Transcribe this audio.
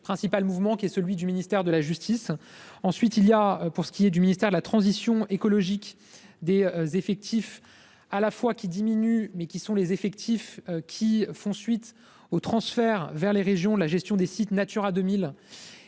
principal mouvement qui est celui du ministère de la justice. Ensuite il y a pour ce qui est du ministère de la transition écologique des effectifs à la fois qui diminue mais qui sont les effectifs qui font suite au transfert vers les régions, la gestion des sites Natura 2000